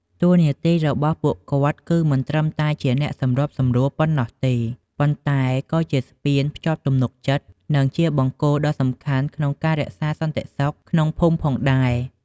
តួនាទីរបស់ពួកគាត់ គឺមិនត្រឹមតែជាអ្នកសម្របសម្រួលប៉ុណ្ណោះទេ ប៉ុន្តែក៏ជាស្ពានភ្ជាប់ទំនុកចិត្ត និងជាបង្គោលដ៏សំខាន់ក្នុងការរក្សាសន្តិសុខក្នុងភូមិផងដែរ។